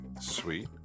Sweet